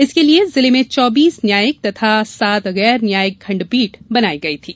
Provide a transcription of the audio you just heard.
इसके लिए जिले में चौबीस न्यायिक तथा सात गैर न्यायिक खण्डपीठ बनाई गई थी